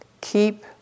keep